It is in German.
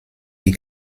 die